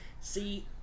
See